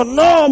no